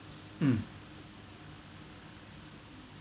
mm